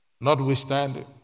notwithstanding